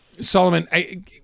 Solomon